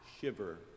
shiver